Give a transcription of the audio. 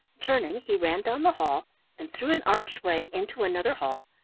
turning he ran down the hall and through an arched way into another hall,